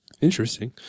Interesting